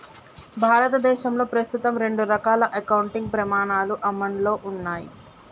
భారతదేశంలో ప్రస్తుతం రెండు రకాల అకౌంటింగ్ ప్రమాణాలు అమల్లో ఉన్నయ్